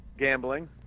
gambling